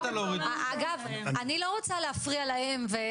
אגב, אני לא רוצה להפריע להם.